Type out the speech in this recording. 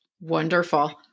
Wonderful